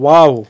Wow